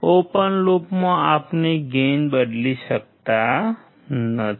open લૂપમાં આપણે gain બદલી શકતા નથી